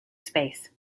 space